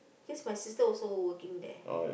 cause my sister also working there